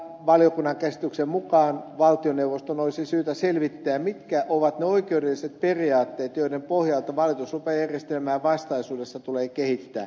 valiokunnan käsityksen mukaan valtioneuvoston olisi syytä selvittää mitkä ovat ne oikeudelliset periaatteet joiden pohjalta valituslupajärjestelmää vastaisuudessa tulee kehittää